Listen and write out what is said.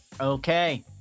Okay